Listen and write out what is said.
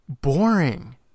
boring